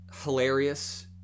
hilarious